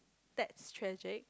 that's tragic